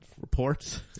reports